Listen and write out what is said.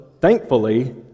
thankfully